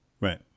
Right